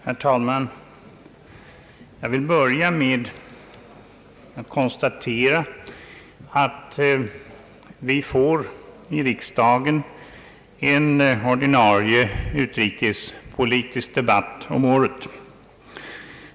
Herr talman! Jag vill börja med att konstatera att vi i riksdagen får en ordinarie utrikespolitisk debatt om året.